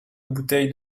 bouteilles